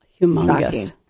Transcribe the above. humongous